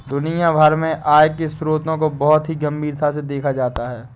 दुनिया भर में आय के स्रोतों को बहुत ही गम्भीरता से देखा जाता है